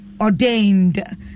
ordained